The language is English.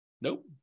Nope